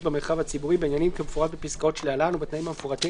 במרחב הציבורי בעניינים כמפורט בפסקאות שלהלן ובתנאים המפורטים